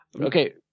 Okay